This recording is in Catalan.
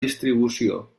distribució